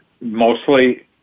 mostly